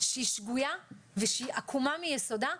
שהיא שגויה ושהיא עקומה מיסודה,